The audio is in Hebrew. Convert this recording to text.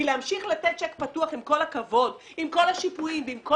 כי להמשיך לתת צ'ק פתוח, אפילו אם זו